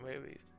movies